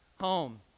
home